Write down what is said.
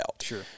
Sure